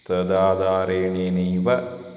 तदाधारेणेनैव